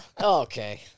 okay